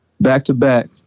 back-to-back